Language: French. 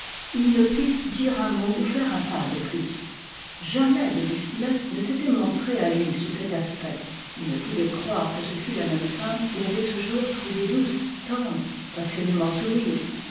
il ne put dire un mot ou faire un pas de plus jamais de lucenay ne s'était montrée à lui sous cet aspect il ne pouvait croire que ce fût la même femme qu'il avait toujours trouvée douce tendre passionnément soumise